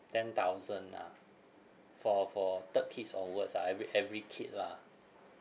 ten thousand lah for for third kids onwards ah every every kid lah